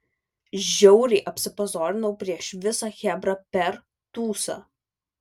žiauriai apsipazorinau prieš visą chebrą per tūsą